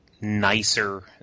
nicer